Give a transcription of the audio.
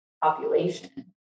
population